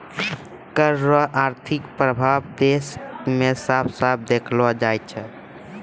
कर रो आर्थिक प्रभाब देस मे साफ साफ देखलो जाय छै